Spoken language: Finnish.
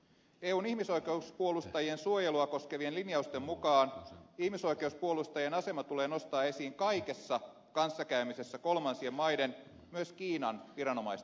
eun ihmisoikeuspuolustajien suojelua koskevien linjausten mukaan ihmisoikeuspuolustajan asema tulee nostaa esiin kaikessa kanssakäymisessä kolmansien maiden myös kiinan viranomaisten kanssa